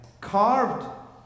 carved